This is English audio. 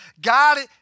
God